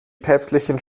päpstlichen